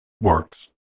works